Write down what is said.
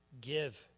give